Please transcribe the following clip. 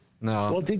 No